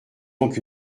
donc